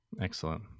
Excellent